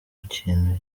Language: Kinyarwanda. kintu